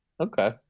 Okay